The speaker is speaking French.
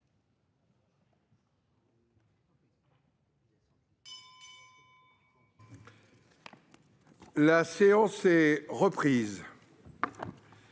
La séance est reprise.